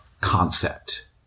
concept